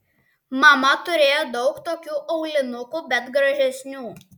mama turėjo daug tokių aulinukų bet gražesnių